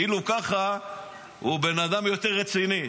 כאילו ככה הוא בן אדם יותר רציני.